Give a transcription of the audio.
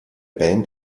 band